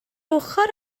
ochr